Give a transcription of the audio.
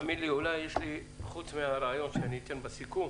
חוץ מהרעיונות שאתן בסיכום